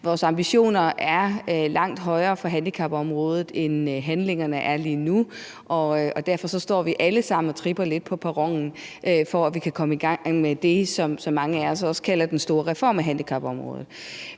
Vores ambitioner for handicapområdet er langt højere, end handlingerne rækker til lige nu, og derfor står vi alle sammen og tripper lidt på perronen for, at vi kan komme i gang med det, som mange af os også kalder for den store reform af handicapområdet.